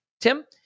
Tim